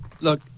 Look